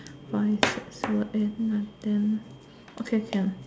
five six seven eight nine ten okay can